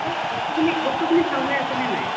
বস্তুখিনি বস্তুখিনি ভাল হৈ আছেনে নাই